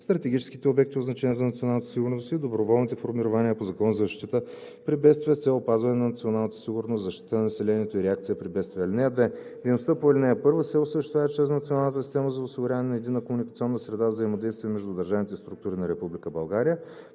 стратегическите обекти от значение за националната сигурност и доброволните формирования по Закона за защита при бедствия, с цел опазване на националната сигурност, защита на населението и реакция при бедствия. (2) Дейността по ал. 1 се осъществява чрез Националната система за осигуряване на единна комуникационна среда за взаимодействие между държавните структури на